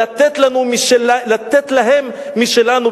לתת להם משלנו,